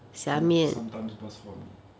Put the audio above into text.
some sometimes bak chor mee